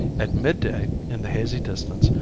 at midday in the hazy distance,